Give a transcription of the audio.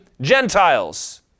Gentiles